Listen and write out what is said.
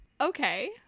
Okay